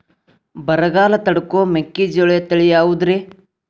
ಬರಗಾಲ ತಡಕೋ ಮೆಕ್ಕಿಜೋಳ ತಳಿಯಾವುದ್ರೇ?